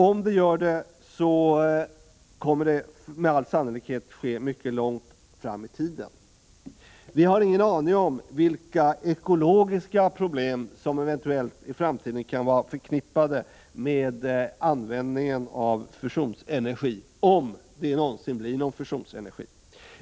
Om den gör det, kommer det med all sannolikhet att ske mycket långt fram i tiden. Vi har ingen aning om vilka ekologiska problem som i framtiden eventuellt kan vara förknippade med användningen av fusionsenergi, om det någonsin blir någon fusionsenergi.